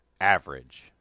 Average